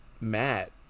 matt